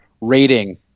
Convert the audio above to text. rating